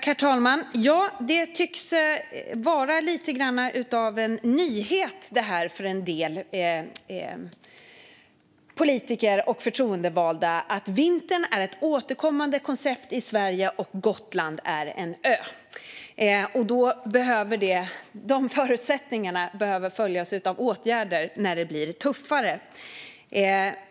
Herr talman! Det tycks vara en nyhet för en del politiker och förtroendevalda att vintern är ett återkommande koncept i Sverige och att Gotland är en ö. Dessa förutsättningar behöver följas av åtgärder när det blir tuffare.